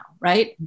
right